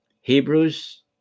hebrews